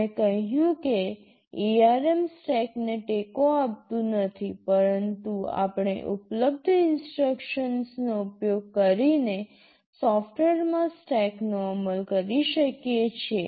મેં કહ્યું કે ARM સ્ટેકને ટેકો આપતું નથી પરંતુ આપણે ઉપલબ્ધ ઇન્સટ્રક્શન્સનો ઉપયોગ કરીને સોફ્ટવેરમાં સ્ટેકનો અમલ કરી શકીએ છીએ